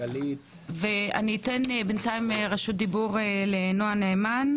בינתיים נועה נאמן,